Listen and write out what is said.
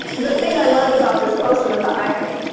the thing i loved about this poster was the irony.